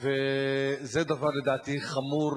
זה לדעתי דבר חמור,